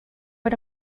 era